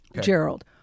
Gerald